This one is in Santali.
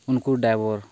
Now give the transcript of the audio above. ᱩᱱᱠᱩ ᱰᱟᱭᱵᱚᱨ